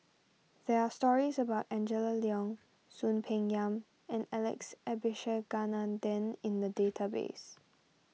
there are stories about Angela Liong Soon Peng Yam and Alex Abisheganaden in the database